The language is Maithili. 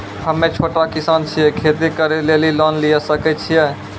हम्मे छोटा किसान छियै, खेती करे लेली लोन लिये सकय छियै?